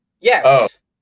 yes